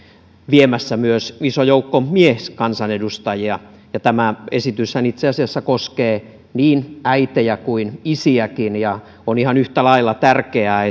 viemässä myös iso joukko mieskansanedustajia tämä esityshän itse asiassa koskee niin äitejä kuin isiäkin ja on ihan yhtä lailla tärkeää